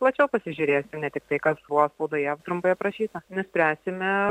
plačiau pasižiūrės į ne tik tai kas buvo spaudoje trumpai aprašyta nuspręsime